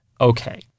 okay